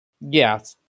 Yes